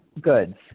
goods